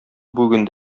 бүген